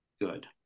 good